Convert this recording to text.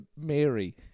Mary